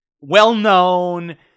well-known